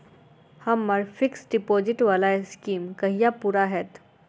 हम्मर fixed deposit वला scheme कहिया पूरा हैत?